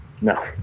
No